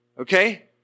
Okay